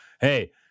hey